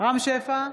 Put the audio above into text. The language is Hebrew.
רם שפע,